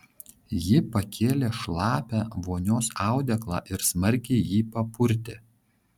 ji pakėlė šlapią vonios audeklą ir smarkiai jį papurtė